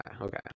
okay